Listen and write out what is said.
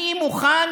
אני מוכן,